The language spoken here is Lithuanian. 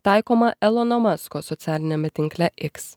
taikomą elono masko socialiniame tinkle x